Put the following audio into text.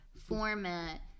format